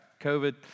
COVID